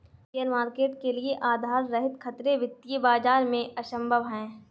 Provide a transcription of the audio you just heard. share market के लिये आधार रहित खतरे वित्तीय बाजार में असम्भव हैं